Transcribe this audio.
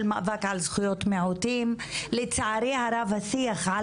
של מאבק על זכויות מיעוטים לצערי הרב השיח על